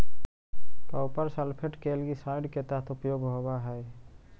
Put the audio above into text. copper sulphate के algicide के तरह उपयोग होवऽ हई